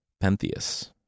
Pentheus